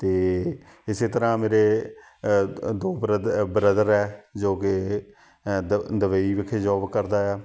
ਅਤੇ ਇਸੇ ਤਰ੍ਹਾਂ ਮੇਰੇ ਦੋ ਬ੍ਰਦ ਬ੍ਰਦਰ ਹੈ ਜੋ ਕਿ ਦੁ ਦੁਬਈ ਵਿਖੇ ਜੋਬ ਕਰਦਾ ਹੈ